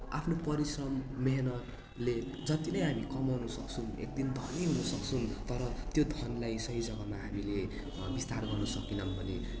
आफ्नो परिश्रम मेहनतले जति नै हामी कमाउन सक्छौँ एक दिन धनी हुन सक्छौँ तर त्यो धनलाई सही जग्गामा हामीले विस्तार गर्न सकेनौँ भने